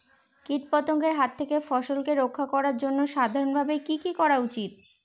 কীটপতঙ্গের হাত থেকে ফসলকে রক্ষা করার জন্য সাধারণভাবে কি কি করা উচিৎ?